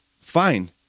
Fine